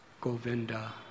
Govinda